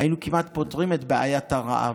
היינו כמעט פותרים את בעיית הרעב.